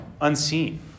unseen